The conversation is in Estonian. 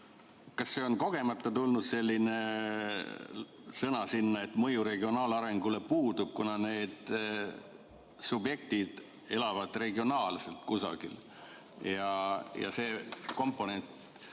Kas on kogemata tulnud selline sõna sinna, et mõju regionaalarengule puudub? Need subjektid kusagil regionaalselt elavad ja see komponent